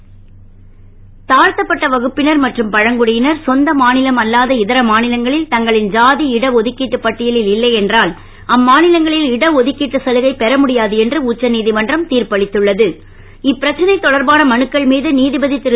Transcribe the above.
இட ஒதுக்கீடு தாழ்த்தப்பட்ட வகுப்பினர் மற்றும் பழங்குடியினர் சொந்த மாநிலம் அல்லாத இதர மாநிலங்களில் தங்களின் ஜாதி இடஒதுக்கீட்டு பட்டியலில் இல்லையென்றால் அம்மாநிலங்களில் இடஒதுக்கீட்டு சலுகைபெற முடியாது என்று உச்சநீதிமன்றம் தீர்ப்பு அளித்துள்ளது இப்பிரச்சனை தொடர்பான மனுக்கள்மீது நீதிபதி திரு